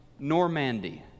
Normandy